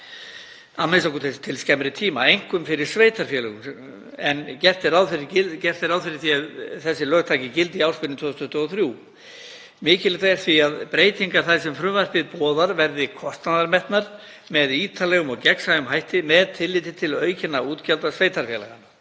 a.m.k. til skemmri tíma, einkum fyrir sveitarfélögin, en gert er ráð fyrir því að þessi lög taki gildi í ársbyrjun 2023. Mikilvægt er því að breytingar þær sem frumvarpið boðar verði kostnaðarmetnar með ítarlegum og gegnsæjum hætti með tilliti til aukinna útgjalda sveitarfélaga